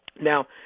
Now